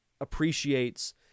appreciates